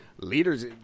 leaders